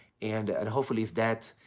and and hopefully, if that